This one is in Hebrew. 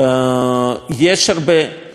יש הרבה מה לעשות